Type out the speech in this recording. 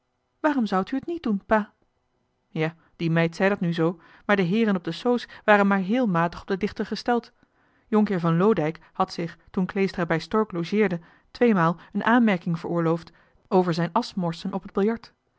waarom zoudt u het niet doen pa ja die meid zei dat nu zoo maar de heeren op de soos waren maar heel matig op den dichter gesteld jonkheer van loodijck had zich toen kleestra bij stork logeerde tweemaal een aanmerking veroorloofd over zijn aschgemors op het